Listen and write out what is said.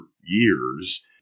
years